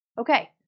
Okay